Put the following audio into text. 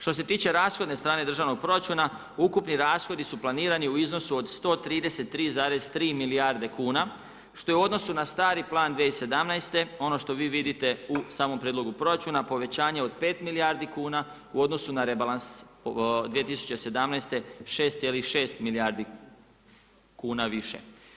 Što se tiče rashodne strane državnog proračuna, ukupni rashodi su planirani u iznosu od 133,3 milijarde kuna što je u odnosu na stari plan 2017. ono što vi vidite u samom prijedlogu proračuna povećanje od pet milijardi kuna u odnosu na rebalans 2017. 6,6 milijardi kuna više.